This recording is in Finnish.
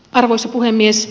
arvoisa puhemies